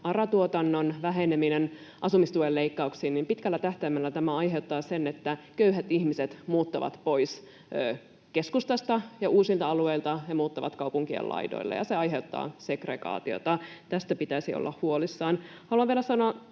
ARA-tuotannon väheneminen asumistuen leikkauksiin, pitkällä tähtäimellä tämä aiheuttaa sen, että köyhät ihmiset muuttavat pois keskustasta ja uusilta alueilta. He muuttavat kaupunkien laidoille, ja se aiheuttaa segregaatiota. Tästä pitäisi olla huolissaan. Haluan vielä sanoa